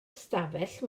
ystafell